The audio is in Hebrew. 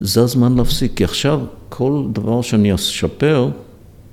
זה הזמן להפסיק, כי עכשיו כל דבר שאני אספר...